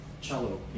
cello